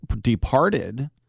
departed